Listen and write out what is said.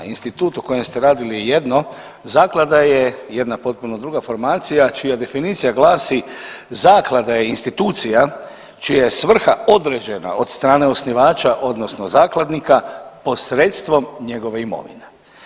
Institut u kojem ste radili je jedno, zaklada je jedna potpuno druga formacija čija definicija glasi, zaklada je institucija čija je svrha određena od strane osnivača odnosno zakladnika posredstvom njegove imovine.